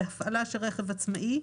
בהפעלה של רכב עצמאי,